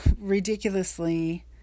ridiculously